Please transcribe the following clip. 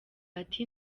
ati